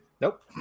Nope